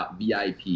vip